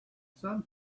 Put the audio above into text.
some